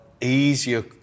easier